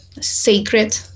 sacred